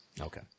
Okay